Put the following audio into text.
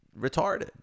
retarded